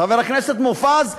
חבר הכנסת מופז,